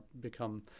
become